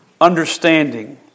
understanding